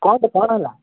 କୁହନ୍ତୁ କ'ଣ ହେଲା